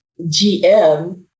GM